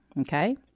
okay